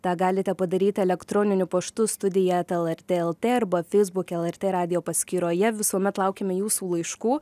tą galite padaryt elektroniniu paštu studiją eta lr t lt arba feisbuke lrt radijo paskyroje visuomet laukiame jūsų laiškų